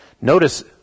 Notice